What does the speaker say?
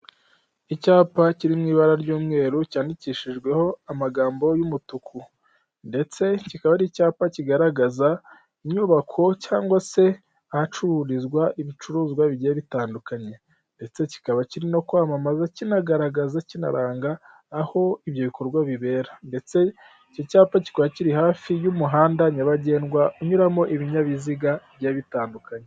Icyapa kiri mu ibara ry'umweru, cyandikishijweho amagambo y'umutuku. Ndetse kikaba ari icyapa kigaragaza inyubako cyangwa se ahacururizwa ibicuruzwa bigiye bitandukanye. Ndetse kikaba kirimo no kwamamaza kinagaragaza kinaranga aho ibyo bikorwa bibera. Ndetse iki cyapa kikaba kiri hafi y'umuhanda nyabagendwa, unyuramo ibinyabiziga bigiye bitandukanye.